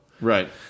Right